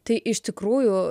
tai iš tikrųjų